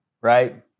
right